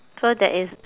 so there is